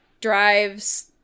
drives